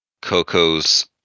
Coco's